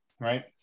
right